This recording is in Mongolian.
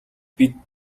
бид